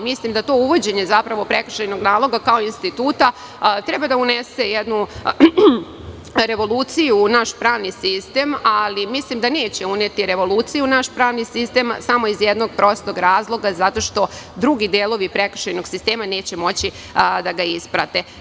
Mislim da to uvođenje prekršajnog naloga kao instituta treba da unese jednu revoluciju u naš pravni sistem, ali mislim da neće uneti revoluciju u naš pravni sistem samo iz jednog prostog razloga, zato što drugi delovi prekršajnog sistema neće moći da ga isprate.